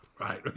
Right